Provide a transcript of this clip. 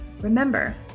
Remember